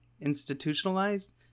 institutionalized